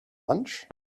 lunch